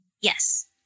Yes